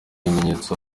bimenyetso